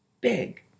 big